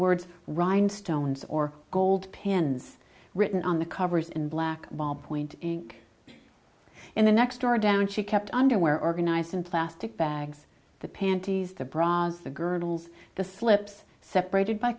words rhinestones or gold pins written on the covers in black ballpoint in the next door down she kept underwear organized in plastic bags the panties the bra's the girdles the slips separated by